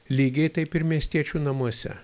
lygiai taip ir miestiečių namuose